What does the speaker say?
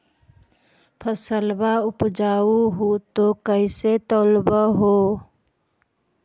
फसलबा उपजाऊ हू तो कैसे तौउलब हो?